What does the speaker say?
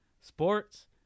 sports